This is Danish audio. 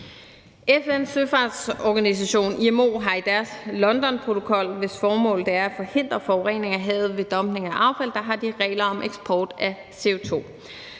FN's søfartsorganisation, IMO, har i deres Londonprotokol, hvis formål det er at forhindre forurening af havet ved dumpning af affald, regler om eksport af CO2.